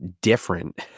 different